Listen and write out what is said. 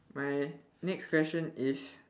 my next question is